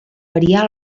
variar